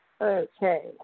Okay